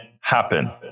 happen